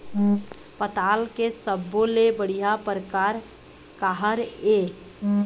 पताल के सब्बो ले बढ़िया परकार काहर ए?